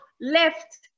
left